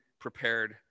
prepared